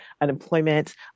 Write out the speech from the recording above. unemployment